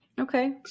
Okay